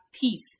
peace